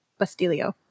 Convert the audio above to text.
Bastilio